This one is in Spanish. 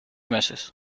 meses